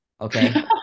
Okay